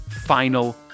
final